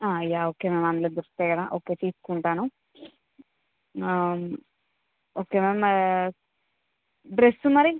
yeah okay ma'am అందులో దొరుకుతాయా okay తీసుకుంటాను ఓకే మ్యామ్ డ్రెస్ మరీ